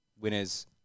winners